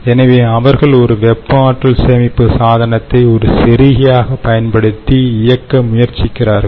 எனவே அவர்கள் ஒரு வெப்ப ஆற்றல் சேமிப்பு சாதனத்தை ஒரு செருகியாகப் பயன்படுத்தி இயக்க முயற்சிக்கிறார்கள்